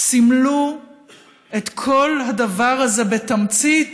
סימלו בגבורתם את כל הדבר הזה בתמצית,